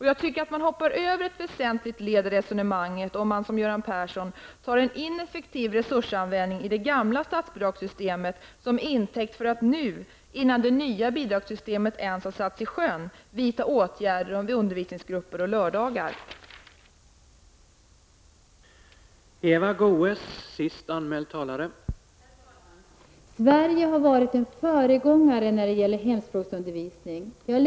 Jag tycker att man hoppar över ett väsentligt led i resonemanget om man, som Göran Persson här, tar en ineffektiv resursanvändning i det gamla bidragssystemet som intäkt för att nu, innan det nya bidragssystemet ens har satts i sjön, vidta åtgärder när det gäller undervisningsgruppernas storlek och undervisning på lördagar.